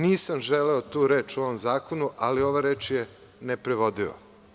Nisam želeo tu reč u ovom zakonu, ali ova reč je neprevodiva.